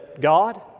God